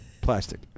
Plastic